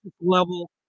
level